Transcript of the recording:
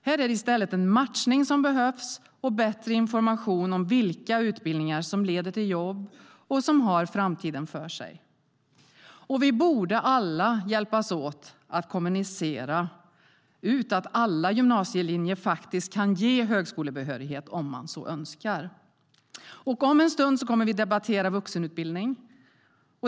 Här behövs det i stället matchning och bättre information om vilka utbildningar som leder till jobb och som har framtiden för sig. Vi borde alla hjälpas åt att kommunicera ut att alla gymnasielinjer faktiskt kan ge högskolebehörighet, om man så önskar. Om en stund kommer vi att debattera vuxenutbildning.